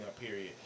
period